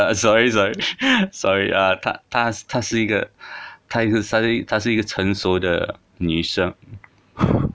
sorry sorry sorry 啊她她她是一个她是她是一个成熟的女生